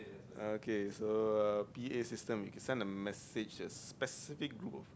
okay so p_a system send a message as specific group